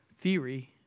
theory